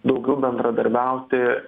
daugiau bendradarbiauti